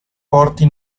porti